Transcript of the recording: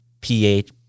pH